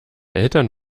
eltern